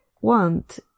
want